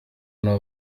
nawe